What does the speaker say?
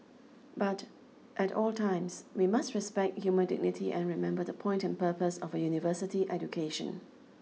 but at all times we must respect human dignity and remember the point and purpose of a university education